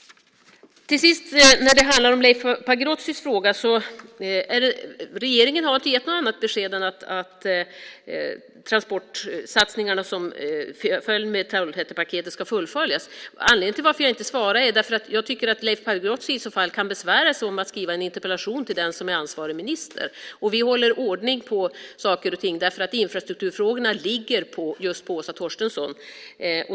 När det till sist handlar om Leif Pagrotskys fråga har regeringen inte gett något annat besked än att transportsatsningarna som följde med Trollhättepaketet ska fullföljas. Anledningen till att jag inte svarade är att jag tycker att Leif Pagrotsky kan besvära sig med att skriva en interpellation till den som är ansvarig minister. Vi håller ordning på saker och ting, och infrastrukturfrågorna ligger hos Åsa Torstensson.